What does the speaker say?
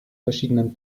verschiedenen